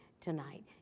Tonight